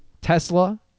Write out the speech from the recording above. Tesla